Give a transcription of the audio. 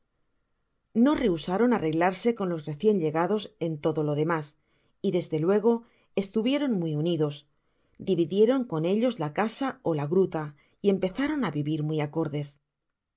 no rehusaron arreglarse con los recien llegados en todo lo demas y desde luego estuvieron muy unidos dividieron con ellos la casa ó la gruta y empeza con á vivir muy acordes